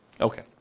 Okay